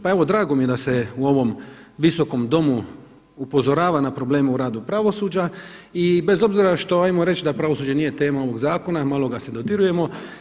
Pa evo, drago mi je da se u ovom Visokom domu upozorava na problemu u radu pravosuđa i bez obzira što hajmo reći da pravosuđe nije tema ovog zakona, malo ga se dodirujemo.